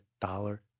dollar